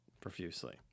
profusely